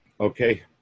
Okay